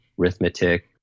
arithmetic